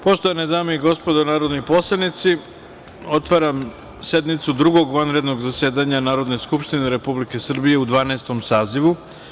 Poštovane dame i gospodo narodni poslanici, otvaram sednicu Drugog vanrednog zasedanja Narodne skupštine Republike Srbije u Dvanaestom sazivu.